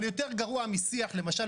אבל יותר גרוע משיח למשל,